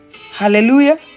Hallelujah